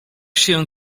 się